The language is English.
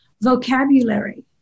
vocabulary